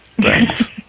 Thanks